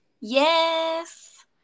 yes